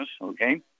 Okay